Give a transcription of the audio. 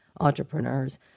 entrepreneurs